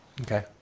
okay